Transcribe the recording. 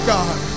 God